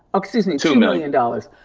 excuse me, two million dollars.